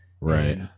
Right